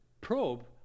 probe